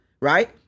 right